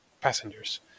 passengers